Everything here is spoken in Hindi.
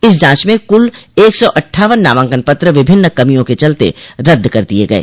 इस जांच में कुल एक सौ अट्ठावन नामांकन पत्र विभिन्न कमियों के चलते रद्द कर दिये गये